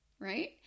right